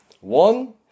One